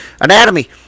Anatomy